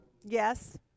Yes